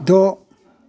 द'